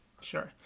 Sure